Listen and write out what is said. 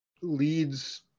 leads